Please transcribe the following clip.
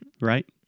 right